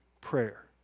prayer